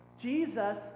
Jesus